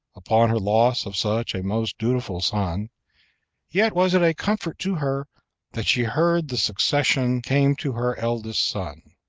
upon her loss of such a most dutiful son yet was it a comfort to her that she heard the succession came to her eldest son.